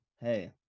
hey